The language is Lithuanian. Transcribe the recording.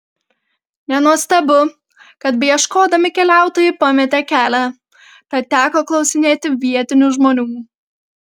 nenuostabu kad beieškodami keliautojai pametė kelią tad teko klausinėti vietinių žmonių